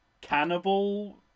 cannibal